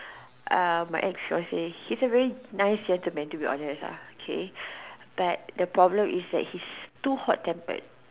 uh my ex force say he is a very nice gentleman to be honest lah K but the problem is that he's too hot tempered